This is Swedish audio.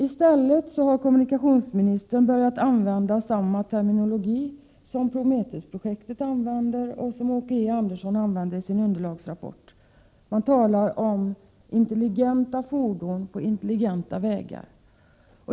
I stället har kommunikationsministern börjat använda samma terminologi som den som återfinns i Prometheus-projektet och som även förekommer i Åke E Anderssons underlagsrapport. Man talar nämligen om intelligenta fordon på intelligenta vägar.